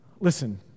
Listen